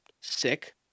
sick